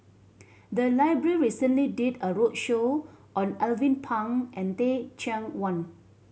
the library recently did a roadshow on Alvin Pang and Teh Cheang Wan